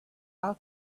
how